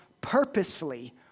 purposefully